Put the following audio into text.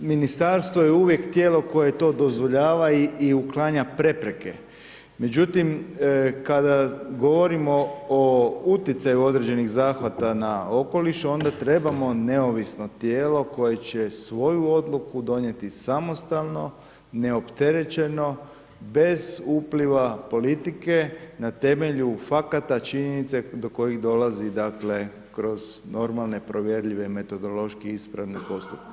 Ministarstvo je uvijek tijelo koje to dozvoljava i uklanja prepreke međutim kada govorimo o utjecaju određenih zahvata na okoliš onda trebamo neovisno tijelo koje će svoju odluku donijeti samostalno, neopterećeno, bez upliva politike, na temelju, fakata, činjenice do kojih dolazi, dakle kroz normalne provjerljive metodološki ispravne postupke.